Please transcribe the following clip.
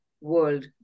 world